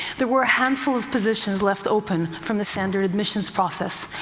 there were a handful of positions left open from the standard admissions process,